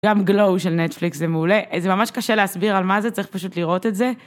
גם gllow של נטפליקס זה מעולה, זה ממש קשה להסביר על מה זה, צריך פשוט לראות את זה.